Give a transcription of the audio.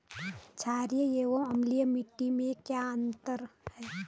छारीय एवं अम्लीय मिट्टी में क्या अंतर है?